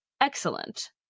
excellent